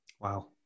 Wow